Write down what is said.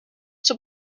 zur